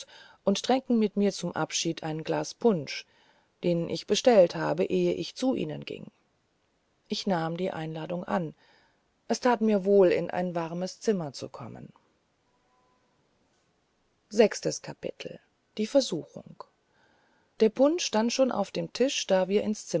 und tränken mit mir zum abschied ein glas punsch den ich bestellt hatte ehe ich zu ihnen ging ich nahm die einladung an es tat mir wohl in ein warmes zimmer zu kommen der punsch stand schon auf dem tisch da wir